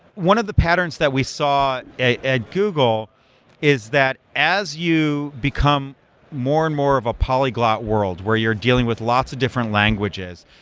one of the patterns that we saw at google is that as you become more and more of a polyglot world where you're dealing with lots of different languages,